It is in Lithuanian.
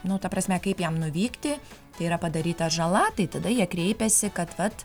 nu ta prasme kaip jam nuvykti tai yra padaryta žala tai tada jie kreipiasi kad vat